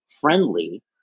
friendly